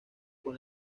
con